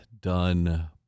done